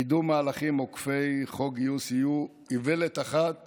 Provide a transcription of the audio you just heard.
קידום מהלכים עוקפי חוק גיוס יהיו איוולת אחת